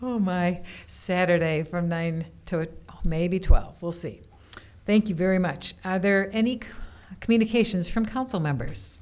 oh my saturday from nine to maybe twelve we'll see thank you very much are there any communications from council members